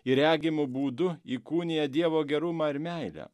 ji regimu būdu įkūnija dievo gerumą ir meilę